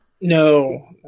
No